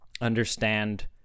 understand